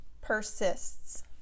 persists